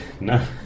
No